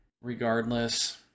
Regardless